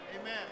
Amen